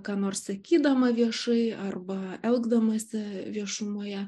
ką nors sakydama viešai arba elgdamasi viešumoje